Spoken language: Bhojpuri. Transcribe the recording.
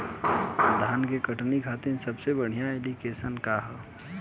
धान के कटनी खातिर सबसे बढ़िया ऐप्लिकेशनका ह?